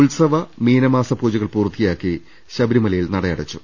ഉത്സവ മീനമാസ പൂജകൾ പൂർത്തിയാക്കി ശബരിമലയിൽ നടയടച്ചു